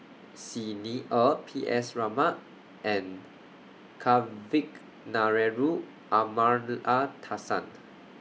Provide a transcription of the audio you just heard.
Xi Ni Er P S Raman and Kavignareru Amallathasan